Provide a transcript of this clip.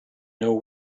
know